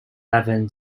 levin